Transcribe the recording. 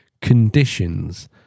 conditions